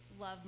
love